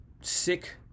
sick